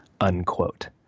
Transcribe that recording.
unquote